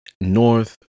North